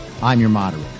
imyourmoderator